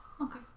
okay